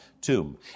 tomb